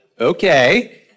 Okay